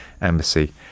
embassy